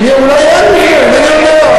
אולי אין מבנה,